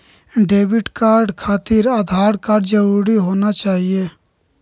Debit card खातिर Aadhaar card जरूरी होना चाहिए?